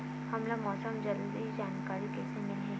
हमला मौसम के जल्दी जानकारी कइसे मिलही?